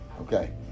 Okay